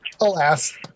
alas